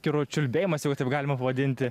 kirų čiulbėjimas jeigu taip galima pavadinti